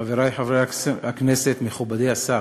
חברי חברי הכנסת, מכובדי השר,